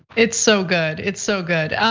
it's so good. it's so good.